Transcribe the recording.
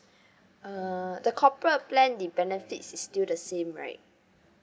uh the corporate plan the benefits is still the same right